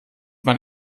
man